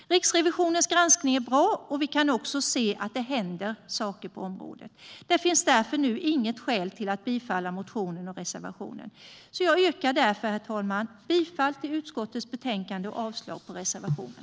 Riksrevisionens granskning är bra, och vi kan också se att det händer saker på området. Det finns därför nu inget skäl till bifalla motionen och reservationen. Därför, herr talman, yrkar jag bifall till utskottets förslag i betänkandet och avslag på reservationen.